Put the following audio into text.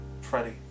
Freddie